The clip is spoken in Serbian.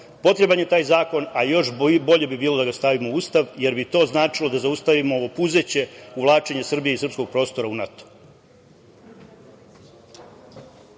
Potreban je taj zakon, a još bolje bi bilo da ga stavimo u Ustav, jer bi to značilo da zaustavimo ovo puzeće uvlačenje Srbije i srpskog prostora u NATO.